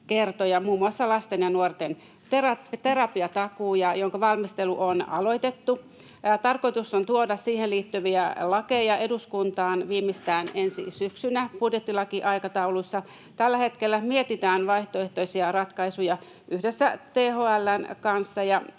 muun muassa lasten ja nuorten tera-piatakuu, jonka valmistelu on aloitettu. Tarkoitus on tuoda siihen liittyviä lakeja eduskuntaan viimeistään ensi syksynä budjettilakiaikataulussa. Tällä hetkellä mietitään vaihtoehtoisia ratkaisuja yhdessä THL:n kanssa.